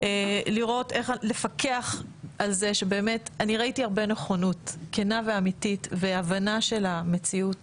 ראיתי הרבה נכונות כנה ואמיתית והבנה של המציאות